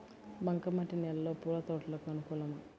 బంక మట్టి నేలలో పూల తోటలకు అనుకూలమా?